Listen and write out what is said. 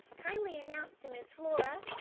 kindly announce to miss flora,